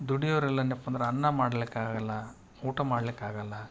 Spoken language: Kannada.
ದುಡಿಯೋವ್ರು ಇಲ್ಲನ್ಯಪಂದರ ಅನ್ನ ಮಾಡ್ಲಿಕ್ಕೆ ಆಗಲ್ಲ ಊಟ ಮಾಡ್ಲಿಕ್ಕೆ ಆಗಲ್ಲ